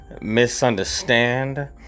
misunderstand